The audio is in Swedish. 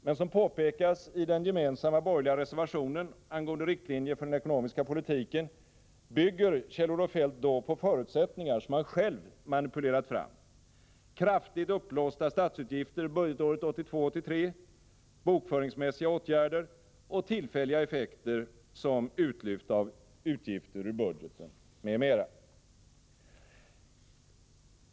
Men som påpekas i den gemensamma borgerliga reservationen angående riktlinjer för den ekonomiska politiken bygger Kjell-Olof Feldt då på förutsättningar som han själv manipulerat fram: kraftigt uppblåsta statsutgifter budgetåret 1982/83, bokföringsmässiga åtgärder och tillfälliga effekter som utlyft av utgifter ur budgeten m.m.